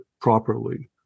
properly